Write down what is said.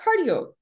cardio